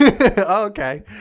okay